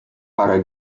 parę